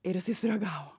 ir jisai sureagavo